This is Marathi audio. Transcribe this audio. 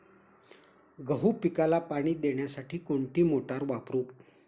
गहू पिकाला पाणी देण्यासाठी कोणती मोटार वापरू?